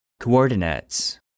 Coordinates